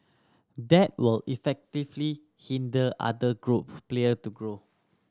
that will effectively hinder other group player to grow